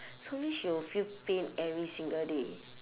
so means she will feel pain every single day